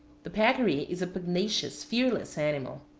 the peccari is a pugnacious, fearless animal.